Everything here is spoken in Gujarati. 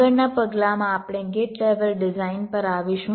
આગળના પગલાંમાં આપણે ગેટ લેવલ ડિઝાઇન પર આવીશું